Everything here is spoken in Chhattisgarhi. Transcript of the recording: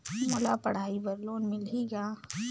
मोला पढ़ाई बर लोन मिलही का?